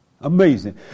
Amazing